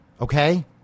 Okay